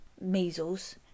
measles